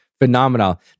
phenomenal